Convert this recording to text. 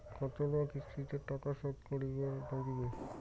কতোলা কিস্তিতে টাকা শোধ করিবার নাগীবে?